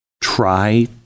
try